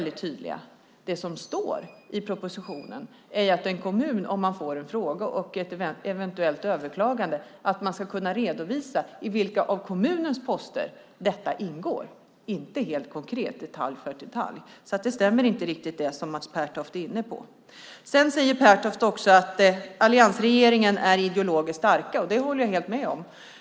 Det som står i propositionen är att en kommun om man får en fråga och ett eventuellt överklagande ska kunna redovisa i vilka av kommunens poster detta ingår, inte helt konkret detalj för detalj. Så det som Mats Pertoft är inne på stämmer inte riktigt. Sedan säger Pertoft också att alliansregeringen är ideologiskt stark, och det håller jag helt med om.